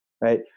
right